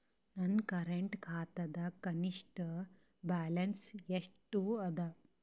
ನನ್ನ ಕರೆಂಟ್ ಖಾತಾದಾಗ ಕನಿಷ್ಠ ಬ್ಯಾಲೆನ್ಸ್ ಎಷ್ಟು ಅದ